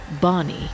Bonnie